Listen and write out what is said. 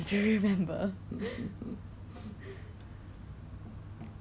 okay 他 not fifty fifty but maybe sixty to seventy fill